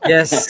Yes